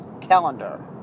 Calendar